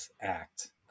act